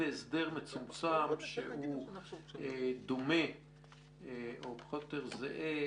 בהסדר מצומצם שדומה או פחות או יותר זהה